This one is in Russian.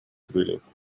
крыльев